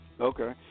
Okay